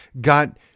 got